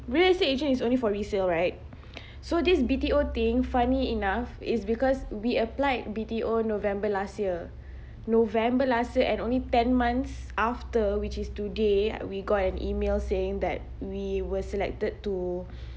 real estate agent is only for resale right so this B_T_O thing funny enough it's because we applied B_T_O november last year november last year and only ten months after which is today we got an email saying that we were selected to